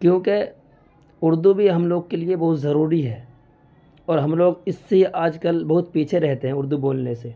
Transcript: کیونکہ اردو بھی ہم لوگ کے لیے بہت ضروری ہے اور ہم لوگ اس سے آج کل بہت پیچھے رہتے ہیں اردو بولنے سے